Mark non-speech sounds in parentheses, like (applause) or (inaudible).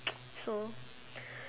(noise) so